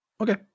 okay